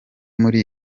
muri